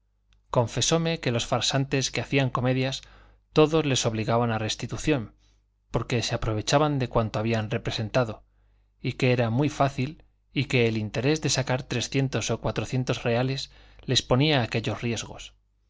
zurcido confesóme que los farsantes que hacían comedias todo les obligaba a restitución porque se aprovechaban de cuanto habían representado y que era muy fácil y que el interés de sacar trescientos o cuatrocientos reales les ponía aquellos riesgos